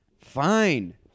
Fine